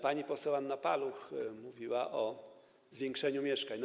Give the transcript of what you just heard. Pani poseł Anna Paluch mówiła o zwiększeniu liczby mieszkań.